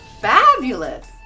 Fabulous